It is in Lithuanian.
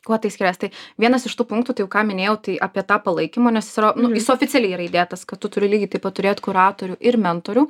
kuo tai skirias tai vienas iš tų punktų tai jau ką minėjau tai apie tą palaikymą nes jis yra nu jis oficialiai yra įdėtas kad tu turi lygiai taip pat turėt kuratorių ir mentorių